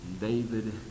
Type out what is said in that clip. David